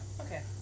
okay